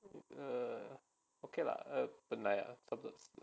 err okay lah err 本来啊